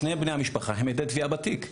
שני בני המשפחה הם עדי תביעה בתיק.